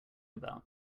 about